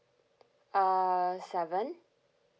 uh seven